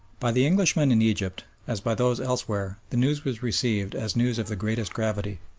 by the englishmen in egypt, as by those elsewhere, the news was received as news of the greatest gravity.